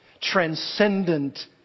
transcendent